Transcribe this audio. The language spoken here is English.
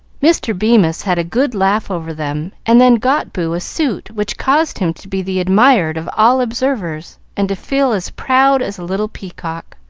mr. bemis had a good laugh over them, and then got boo a suit which caused him to be the admired of all observers, and to feel as proud as a little peacock.